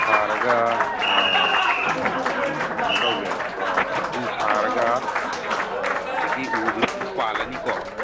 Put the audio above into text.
ꯁꯥꯔꯒ ꯀꯩꯅꯣ ꯇꯧꯒꯦꯕ ꯑꯗꯨ ꯁꯥꯔꯒ ꯍꯧꯖꯤꯛꯀꯤ ꯎꯗꯨꯅ ꯑꯃꯨꯛ ꯄꯥꯜꯂꯅꯤꯀꯣ